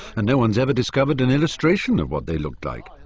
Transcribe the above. and no-one's ever discovered an illustration of what they looked like.